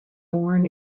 born